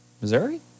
Missouri